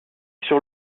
sur